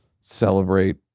celebrate